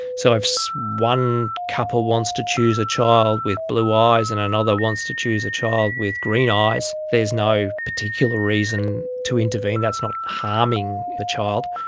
so if so one couple was to choose a child with blue eyes and another wants to choose a child with green eyes, there is no particular reason to intervene, that's not harming the child.